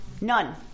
None